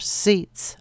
seats